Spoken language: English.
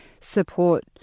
support